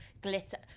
glitter